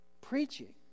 Preaching